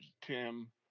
Tim